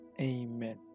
Amen